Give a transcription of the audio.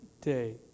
day